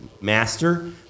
Master